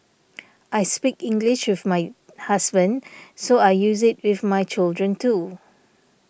I speak English with my husband so I use it with my children too